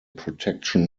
protection